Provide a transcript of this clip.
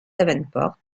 davenport